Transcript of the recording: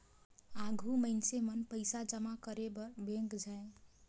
आघु मइनसे मन पइसा जमा करे बर बेंक जाएं